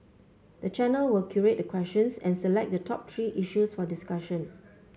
the channel will curate the questions and select the top three issues for discussion